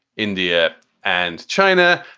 india and china.